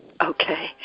Okay